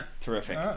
Terrific